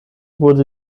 wurde